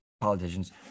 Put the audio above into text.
politicians